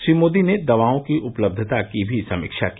श्री मोदी ने दवाओं की उपलब्धता की भी समीक्षा की